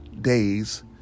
days